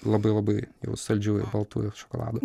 labai labai jau saldžiųjų baltųjų šokoladų